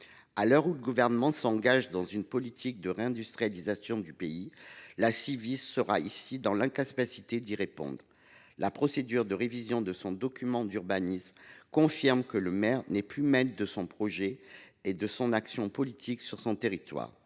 À l’heure où le Gouvernement s’engage dans une politique de réindustrialisation du pays, la Civis sera pourtant dans l’incapacité d’y prendre part. En effet, la procédure de révision de son document d’urbanisme confirme que le maire n’est plus maître de son projet et de son action politique sur son territoire.